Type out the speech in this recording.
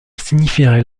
signifierait